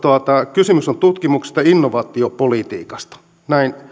kysymys on tutkimuksesta ja innovaatiopolitiikasta näin